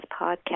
podcast